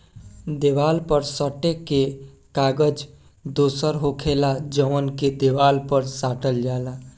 देवाल पर सटे के कागज दोसर होखेला जवन के देवाल पर साटल जाला